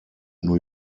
new